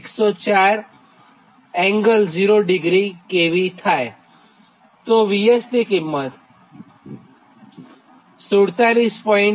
1040° kV છે તો ની VS 47